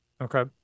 Okay